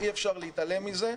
אי אפשר להתעלם מזה.